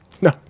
No